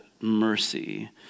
mercy